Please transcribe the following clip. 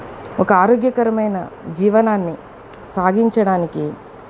ఒక ఆరోగ్యకరమైన జీవనాన్ని సాగించడానికి